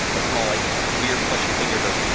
a small, like, weird fleshy finger goes,